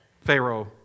Pharaoh